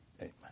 Amen